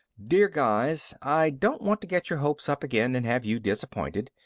dear guys i don't want to get your hopes up again and have you disappointed.